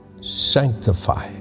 sanctify